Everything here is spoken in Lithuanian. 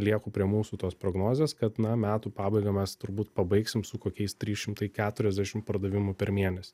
lieku prie mūsų tos prognozės kad na metų pabaigą mes turbūt pabaigsim su kokiais trys šimtai keturiasdešim pardavimų per mėnesį